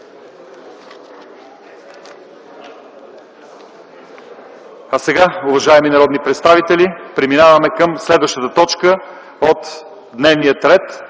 А сега, уважаеми народни представители, преминаваме към следващата точка от дневния ред: